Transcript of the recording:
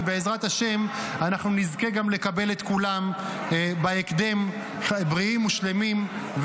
ובעזרת השם אנחנו נזכה גם לקבל את כולם בהקדם בריאים ושלמים,